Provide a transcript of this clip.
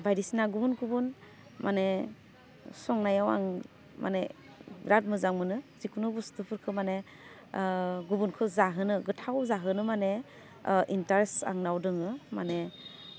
बायदिसिना गुबुन गुबुन माने संनायाव आं माने बिराद मोजां मोनो जिखुनु बुस्थुफोरखौ माने गुबुनखौ जाहोनो गोथाव जाहोनो माने इन्टारेस्त आंनाव दङो माने